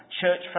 church